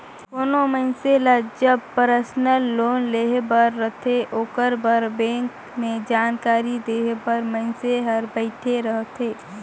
कोनो मइनसे ल जब परसनल लोन लेहे बर रहथे ओकर बर बेंक में जानकारी देहे बर मइनसे हर बइठे रहथे